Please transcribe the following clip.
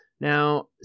Now